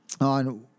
On